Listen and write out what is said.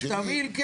תמהיל.